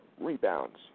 rebounds